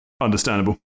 Understandable